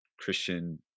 Christian